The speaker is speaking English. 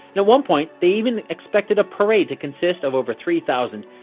and at one point they even expected a parade to consist of over three thousand!